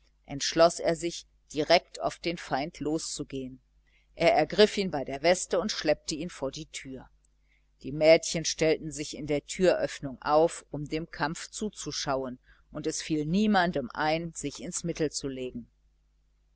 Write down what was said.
entschloß er sich direkt auf den feind loszugehen er ergriff ihn bei der weste und schleppte ihn vor die tür die mädchen stellten sich in der türöffnung auf um dem kampf zuzuschauen und es fiel niemandem ein sich ins mittel zu legen